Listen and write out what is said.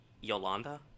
Yolanda